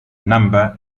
number